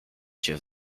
cię